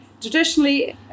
Traditionally